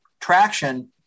traction